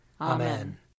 Amen